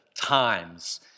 times